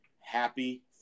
Happy